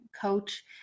coach